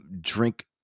drink